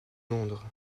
londres